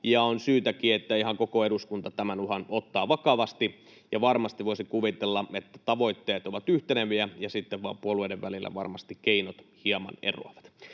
ja on syytäkin, että ihan koko eduskunta ottaa tämän uhan vakavasti. Varmasti voisi kuvitella, että tavoitteet ovat yhteneviä ja sitten vaan puolueiden välillä varmasti keinot hieman eroavat.